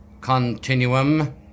continuum